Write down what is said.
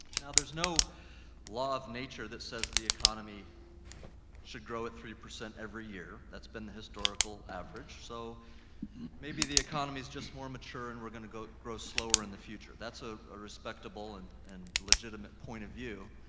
now, there's no law of nature that says the economy should grow at three percent every year. that's been the historical average, so maybe the economy's just more mature and we're going to go, grow slower in the future. that's a, a respectable and, and legitimate point of view.